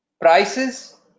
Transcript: prices